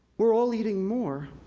we're all eating more,